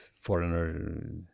foreigner